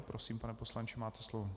Prosím, pane poslanče, máte slovo.